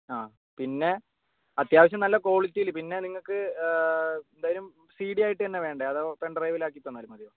ആ പിന്നെ അത്യാവശ്യം നല്ല ക്വാളിറ്റിയിൽ പിന്നെ നിങ്ങൾക്ക് എന്തായാലും സി ഡിയായിട്ട് വേണ്ടേ അതോ പെൻഡ്രൈവിലാക്കി തന്നാലും മതിയോ